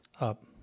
up